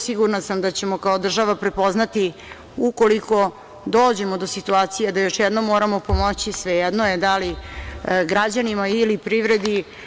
Sigurna sam da ćemo kao država prepoznati ukoliko dođemo do situacije da još jednom moramo pomoći, svejedno je da li građanima ili privredi.